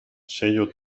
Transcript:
sello